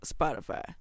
Spotify